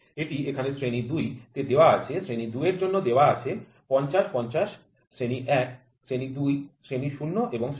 এটি এখানে শ্রেণী ২ তে দেওয়া আছে শ্রেণী ২ এর জন্য দেওয়া আছে ৫০ ৫০ শ্রেণী ১ শ্রেণী ২ শ্রেণী ০ এবং শ্রেণী ২